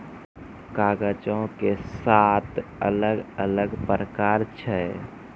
कागजो के सात अलग अलग प्रकार छै